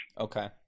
Okay